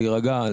להירגע,